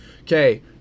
Okay